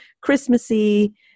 Christmassy